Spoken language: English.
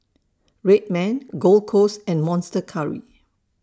Red Man Gold Roast and Monster Curry